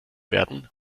werden